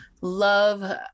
Love